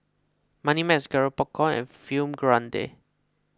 Moneymax Garrett Popcorn and Film Grade